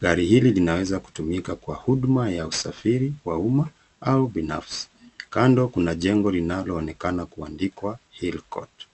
Gari hili linaweza kutumika kwa huduma ya usafiri wa umma au binafsi. Kando kuna jengo linaloonekana kuandikwa Hill Court.